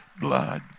blood